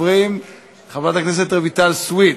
חברת הכנסת רויטל סויד,